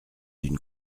d’une